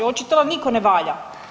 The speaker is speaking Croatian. Očito vam niko ne valja.